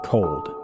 Cold